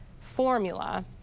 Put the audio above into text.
formula